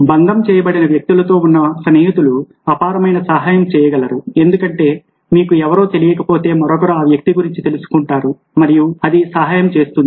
బంధము చేయబడిన వ్యక్తులతో ఉన్న స్నేహితులు అపారమైన సహాయం చేయగలరు ఎందుకంటే మీకు ఎవరో తెలియకపోతే మరొకరు ఆ వ్యక్తి గురించి తెలుసుకుంటారు మరియు అది సహాయం చేస్తుంది